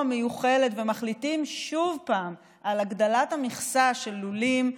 מיוחלת ומחליטים שוב על הגדלת המכסה של לולים,